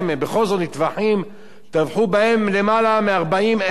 בכל זאת טבחו בהם למעלה מ-40,000.